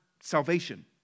salvation